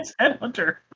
headhunter